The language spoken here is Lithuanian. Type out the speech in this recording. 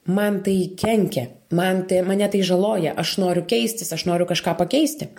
man tai kenkia man tai mane tai žaloja aš noriu keistis aš noriu kažką pakeisti